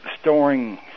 storing